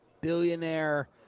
billionaire